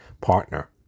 partner